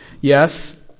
Yes